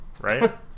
right